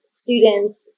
students